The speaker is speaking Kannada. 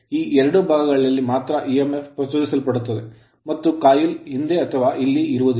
ಈ ಎರಡು ಭಾಗಗಳಲ್ಲಿ ಮಾತ್ರ EMF ಇಎಂಎಫ್ ಪ್ರಚೋದಿಸಲ್ಪಡುತ್ತದೆ ಮತ್ತು coil ಕಾಯಿಲ್ ಹಿಂದೆ ಅಥವಾ ಇಲ್ಲಿ ಇರುವುದ್ದಿಲ್ಲ